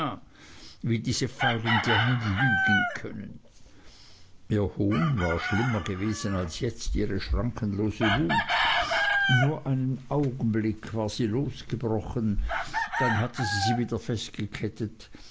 wie diese feilen dirnen lügen können ihr hohn war schlimmer gewesen als jetzt ihre schrankenlose wut nur einen augenblick war sie losgebrochen dann hatte sie sie wieder festgekettet